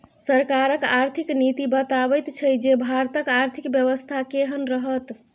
सरकारक आर्थिक नीति बताबैत छै जे भारतक आर्थिक बेबस्था केहन रहत